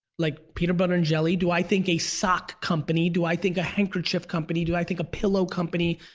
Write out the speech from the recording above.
like peanut butter and jelly, do i think a sock company, do i think a handkerchief company, do i think a pillow company,